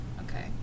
Okay